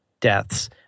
deaths